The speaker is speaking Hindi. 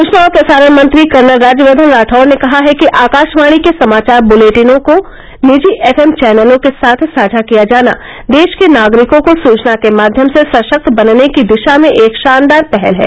सूचना और प्रसारण मंत्री कर्नल राज्यवर्धन राठौड़ ने कहा है कि आकाशवाणी के समाचार बुलेटिनों को निजी एफएम चैनलों के साथ साझा किया जाना देश के नागरिकों को सूचना के माध्यम से सशक्त बनने की दिशा में एक शानदार पहल है